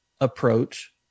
approach